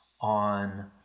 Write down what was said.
on